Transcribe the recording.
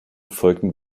folgten